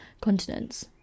continents